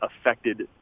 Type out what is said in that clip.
affected